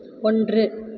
ஒன்று